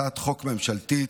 לקריאה השנייה והשלישית.